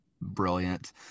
brilliant